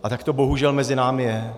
A tak to bohužel mezi námi je.